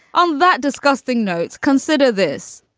on that disgusting note, consider this.